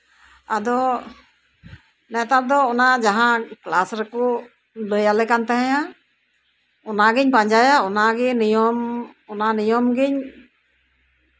ᱟᱫᱚ ᱱᱮᱛᱟᱨ ᱫᱚ ᱚᱱᱟ ᱡᱟᱦᱟᱸ ᱠᱞᱟᱥ ᱨᱮᱠᱚ ᱞᱟᱹᱭᱟᱞᱮ ᱠᱟᱱ ᱛᱟᱦᱮᱸᱜᱼᱟ ᱚᱱᱟ ᱜᱤᱧ ᱯᱟᱸᱡᱟᱭᱟ ᱚᱱᱟ ᱜᱮ ᱱᱤᱭᱚᱢ ᱚᱱᱟ ᱱᱤᱭᱚᱢ ᱜᱤᱧ